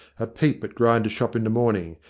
a peep at grinder's shop in the morning,